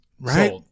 right